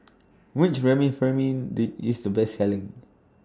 Which Remifemin IS The Best Selling